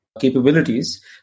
capabilities